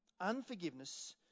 Unforgiveness